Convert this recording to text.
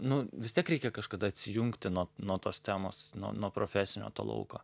nu vis tiek reikia kažkada atsijungti nuo nuo tos temos nuo nuo profesinio to lauko